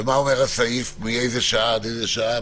ומה אומר הסעיף, מאיזה שעה עד איזה שעה?